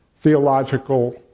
theological